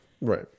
Right